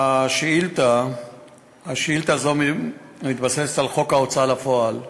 השאילתה הזו מתבססת על חוק ההוצאה לפועל (תיקון,